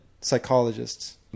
psychologists